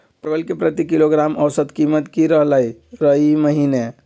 परवल के प्रति किलोग्राम औसत कीमत की रहलई र ई महीने?